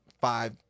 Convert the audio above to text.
five